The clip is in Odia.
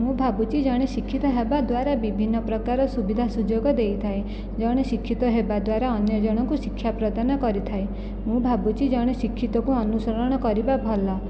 ମୁଁ ଭାବୁଛି ଜଣେ ଶିକ୍ଷିତ ହେବାଦ୍ୱାରା ବିଭିନ୍ନ ପ୍ରକାର ସୁବିଧା ସୁଯୋଗ ଦେଇଥାଏ ଜଣେ ଶିକ୍ଷିତ ହେବାଦ୍ୱାରା ଅନ୍ୟ ଜଣଙ୍କୁ ଶିକ୍ଷା ପ୍ରଦାନ କରିଥାଏ ମୁଁ ଭାବୁଛି ଜଣେ ଶିକ୍ଷିତକୁ ଅନୁସରଣ କରିବା ଭଲ